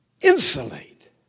insulate